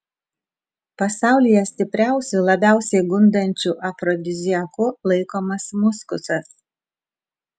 pasaulyje stipriausiu labiausiai gundančiu afrodiziaku laikomas muskusas